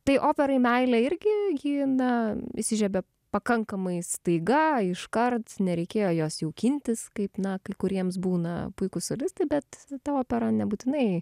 tai operai meilė irgi ji na įsižiebė pakankamai staiga iškart nereikėjo jos jaukintis kaip na kai kuriems būna puikūs solistai bet ta opera nebūtinai